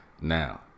now